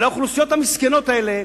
ולאוכלוסיות המסכנות האלה,